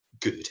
good